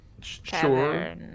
sure